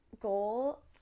Goal